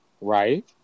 Right